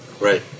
Right